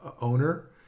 Owner